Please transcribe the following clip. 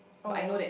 oh